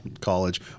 college